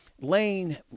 Lane